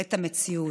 את המציאות.